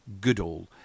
Goodall